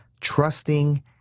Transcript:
trusting